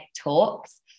Talks